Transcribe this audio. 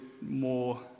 more